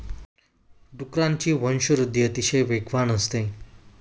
डुकरांची वंशवृद्धि अतिशय वेगवान असते